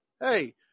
hey